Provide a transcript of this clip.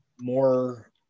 more